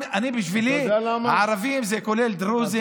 בשבילי הערבים זה כולל דרוזים,